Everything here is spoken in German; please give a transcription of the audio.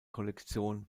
kollektion